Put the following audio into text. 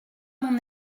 mon